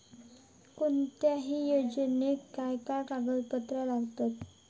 कोणत्याही योजनेक काय काय कागदपत्र लागतत?